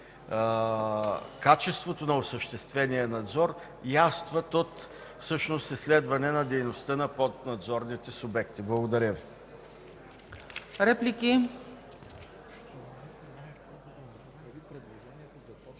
качеството на осъществения надзор идват от изследване на дейността на поднадзорните субекти. Благодаря Ви.